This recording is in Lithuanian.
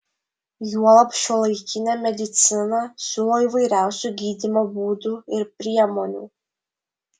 juolab šiuolaikinė medicina siūlo įvairiausių gydymo būdų ir priemonių